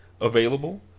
available